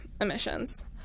emissions